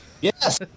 Yes